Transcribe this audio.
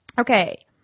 Okay